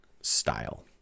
style